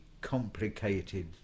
complicated